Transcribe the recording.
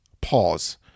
pause